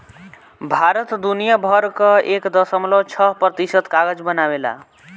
भारत दुनिया भर कअ एक दशमलव छह प्रतिशत कागज बनावेला